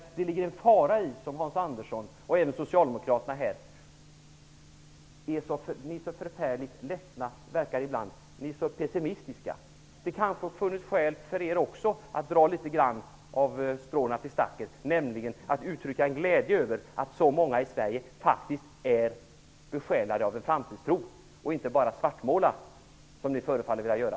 Hans Andersson och även Socialdemokraterna verkar så förfärligt ledsna och pessimistiska ibland. Det ligger en fara i det. Det kanske hade funnits skäl för er också att dra några strån till stacken, nämligen att uttrycka en glädje över att så många i Sverige faktiskt är besjälade av en framtidstro och inte bara svartmålar, som ni förefaller vilja göra.